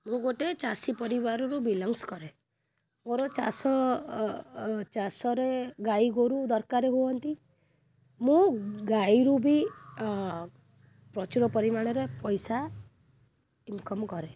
ମୁଁ ଗୋଟେ ଚାଷୀ ପରିବାରରୁ ବିଲଂଗ୍ସ୍ କରେ ମୋର ଚାଷ ଚାଷରେ ଗାଈ ଗୋରୁ ଦରକାର ହୁଅନ୍ତି ମୁଁ ଗାଈରୁ ବି ପ୍ରଚୁର ପରିମାଣରେ ପଇସା ଇନକମ୍ କରେ